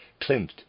Klimt